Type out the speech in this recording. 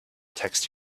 text